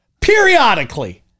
Periodically